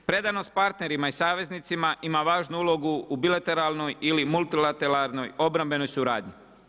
Predanost partnerima i saveznicima ima važnu ulogu u bilateralnoj ili multilateralnoj obrambenoj suradnji.